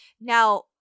Now